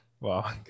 Wow